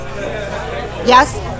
Yes